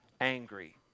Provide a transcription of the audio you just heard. angry